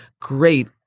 great